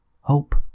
Hope